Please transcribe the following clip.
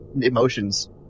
emotions